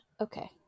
Okay